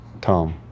Tom